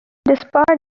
despite